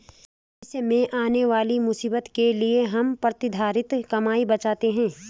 भविष्य में आने वाली मुसीबत के लिए हम प्रतिधरित कमाई बचाते हैं